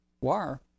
wire